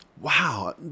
Wow